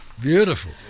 Beautiful